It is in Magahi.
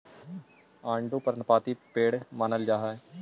आडू पर्णपाती पेड़ मानल जा हई